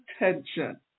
attention